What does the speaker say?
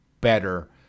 better